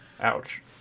Ouch